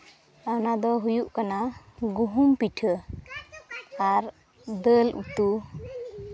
ᱚᱱᱟ ᱫᱚ ᱦᱩᱭᱩᱜ ᱠᱟᱱᱟ ᱜᱩᱦᱩᱢ ᱯᱤᱴᱷᱟᱹ ᱟᱨ ᱫᱟᱹᱞ ᱩᱛᱩ